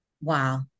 wow